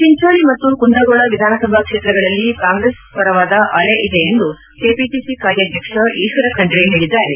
ಚಿಂಚೋಳಿ ಮತ್ತು ಕುಂದಗೋಳ ವಿಧಾನಸಭಾ ಕ್ಷೇತ್ರಗಳಲ್ಲಿ ಕಾಂಗ್ರೆಸ್ ಪರವಾದ ಅಲೆ ಇದೆ ಎಂದು ಕೆಪಿಸಿಸಿ ಕಾರ್ಯಾಧ್ಯಕ್ಷ ಈಶ್ವರ ಖಂಡ್ರೆ ಹೇಳಿದ್ದಾರೆ